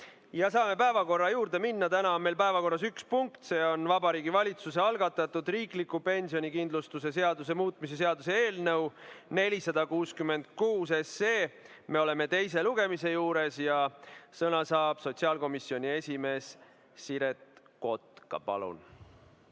minna päevakorra juurde. Täna on meil päevakorras üks punkt: Vabariigi Valitsuse algatatud riikliku pensionikindlustuse seaduse muutmise seaduse eelnõu 466. Me oleme teise lugemise juures ja sõna saab sotsiaalkomisjoni esimees Siret Kotka. Palun!